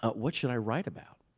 ah what should i write about?